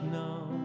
now